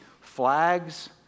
flags